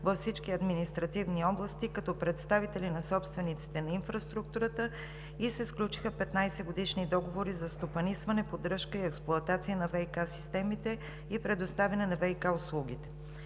във всички административни области като представители на собствениците на инфраструктурата, и се сключиха 15-годишни договори за стопанисване, поддръжка и експлоатация на ВиК системите и предоставяне на ВиК услугите.